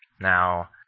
Now